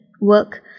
work